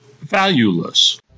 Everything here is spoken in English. valueless